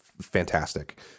fantastic